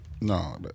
No